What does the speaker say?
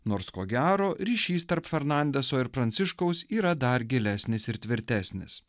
nors ko gero ryšys tarp fernandeso ir pranciškaus yra dar gilesnis ir tvirtesnis